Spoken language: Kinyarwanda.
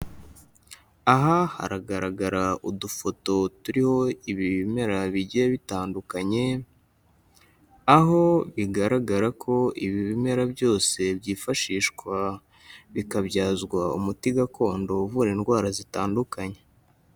Aha haragaragara udufoto turiho ibi bimera bigiye bitandukanye, aho bigaragara ko ibi bimera byose byifashishwa bikabyazwa umuti gakondo uvura indwara zitandukanye.